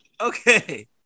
Okay